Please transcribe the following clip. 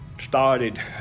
started